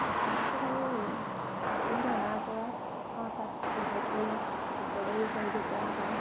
তাৰপিছত আৰু মেচিনটো অনাৰ পৰা তাত লাহেকৈ এম্ব্ৰইডাৰীও কৰিব পৰা হয়